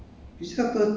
蝶变